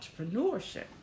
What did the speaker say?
entrepreneurship